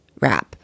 wrap